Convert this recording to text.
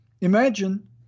imagine